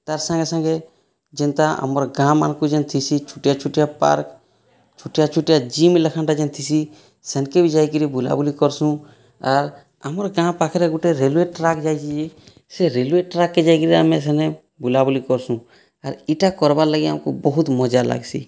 ତାର୍ ସାଙ୍ଗେସାଙ୍ଗେ ଯେନ୍ତା ଆମର୍ ଗାଁମାନ୍କୁ ଜେନ୍ ଥିସି ଛୋଟିଆ ଛୋଟିଆ ପାର୍କ୍ ଛୋଟିଆ ଛୋଟିଆ ଜିମ୍ ଲେଖାନ୍ଟା ଜେନ୍ ଥିସି ସେନ୍କେ ବି ଯାଇକିରି ବୁଲାବୁଲି କର୍ସୁଁ ଆର୍ ଆମର୍ ଗାଁ ପାଖରେ ଗୋଟେ ରେଲୱେ ଟ୍ରାକ୍ ଯାଇଛେ ଯେ ସେ ରେଲୱେ ଟ୍ରାକ୍କେ ଯାଇକରି ଆମେ ସେନେ ବୁଲାବୁଲି କର୍ସୁଁ ଆର୍ ଇଟା କର୍ବାର୍ ଲାଗି ଆମକୁ ବହୁତ୍ ମଜା ଲାଗ୍ସି